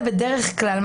לדרישת הקוורום של השלושה?